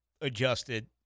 adjusted